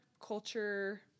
culture